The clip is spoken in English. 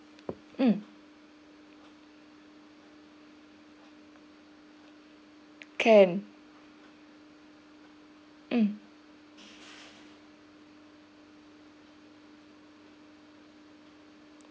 mm can mm